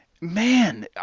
Man